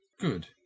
Good